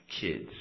kids